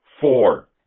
Four